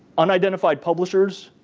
unidentified publishers,